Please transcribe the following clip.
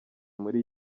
kuri